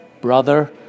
brother